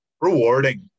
rewarding